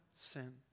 sin